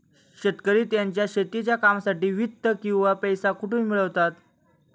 शेतकरी त्यांच्या शेतीच्या कामांसाठी वित्त किंवा पैसा कुठून मिळवतात?